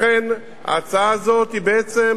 לכן ההצעה הזאת בעצם